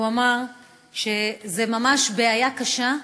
הוא אמר שזו ממש בעיה קשה,